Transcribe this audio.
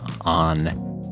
on